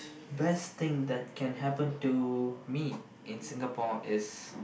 best thing that can happen to me in Singapore is